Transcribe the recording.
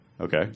Okay